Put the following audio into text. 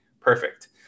perfect